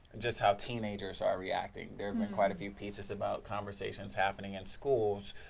just how teenagers are reacting. there are quite a few pieces about conversations happening in schools.